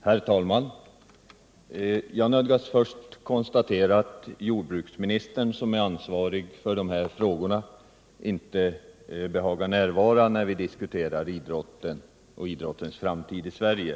Herr talman! Jag nödgas inledningsvis konstatera att Anders Dahlgren, som är ansvarig för dessa frågor, inte behagar närvara då vi diskuterar idrotten och idrottens framtid i Sverige.